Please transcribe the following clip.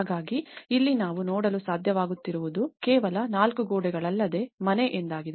ಹಾಗಾಗಿ ಇಲ್ಲಿ ನಾವು ನೋಡಲು ಸಾಧ್ಯವಾಗುತ್ತಿರುವುದು ಕೇವಲ ನಾಲ್ಕು ಗೋಡೆಗಳಲ್ಲದೇ ಮನೆ ಎಂದಾಗಿದೆ